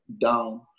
down